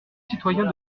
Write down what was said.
citoyens